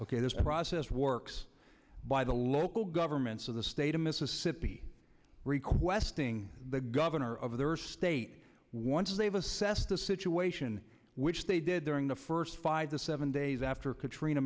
ok this process works by the local governments of the state of mississippi requesting the governor of their state once they've assessed the situation which they did during the first five to seven days after katrina